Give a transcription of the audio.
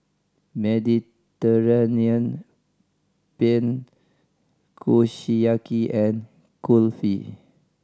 Mediterranean Penne Kushiyaki and Kulfi